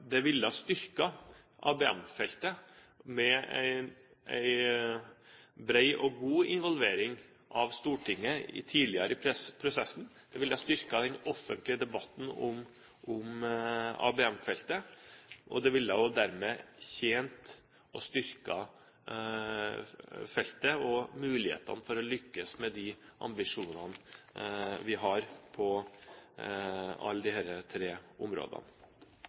Det ville ha styrket ABM-feltet med en bred og god involvering av Stortinget tidligere i prosessen, det ville ha styrket den offentlige debatten om ABM-feltet, og det ville også dermed tjent og styrket feltet og mulighetene for å lykkes med de ambisjonene vi har på alle disse tre områdene.